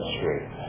Street